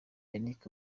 yannick